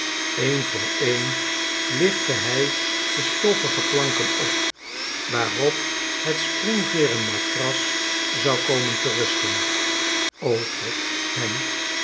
een voor een lichtte hij de stoffige planken op waarop het springveeren matras zou komen te rusten o god hen